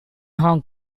hong